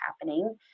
happening